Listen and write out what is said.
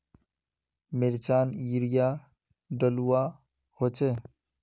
मिर्चान यूरिया डलुआ होचे?